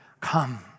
come